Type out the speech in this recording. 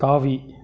தாவி